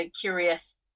curious